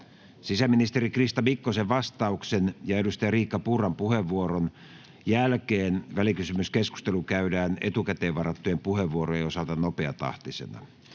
Sisäministeri Krista Mikkosen vastauksen ja edustaja Riikka Purran puheenvuoron jälkeen välikysymyskeskustelu käydään etukäteen varattujen puheenvuorojen osalta nopeatahtisena.